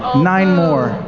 nine more.